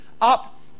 up